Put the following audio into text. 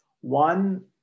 One